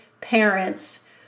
parents